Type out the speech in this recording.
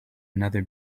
another